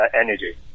energy